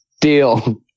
Deal